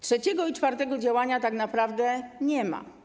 Trzeciego i czwartego działania tak naprawdę nie ma.